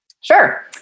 Sure